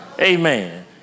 Amen